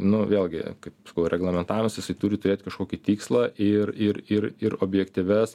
nu vėlgi kaip reglamentavimas jisai turi turėti kažkokį tikslą ir ir ir ir objektyvias